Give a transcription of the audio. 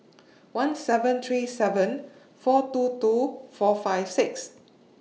one seven three seven four two two four five six